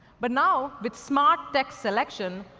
but now, with smart text selection,